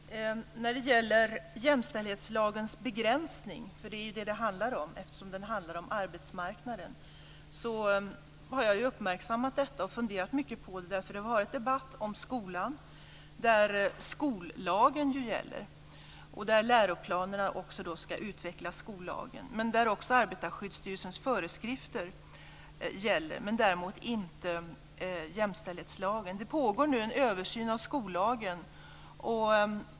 Herr talman! När det gäller jämställdhetslagens begränsning, för det är ju det det handlar om eftersom det handlar om arbetsmarknaden, har jag uppmärksammat detta och funderat mycket på det. Det har varit debatt om skolan där skollagen ju gäller, och där läroplanen ska utveckla skollagen. Där gäller också Arbetarskyddsstyrelsens föreskrifter, däremot inte jämställdhetslagen. Det pågår en översyn av skollagen.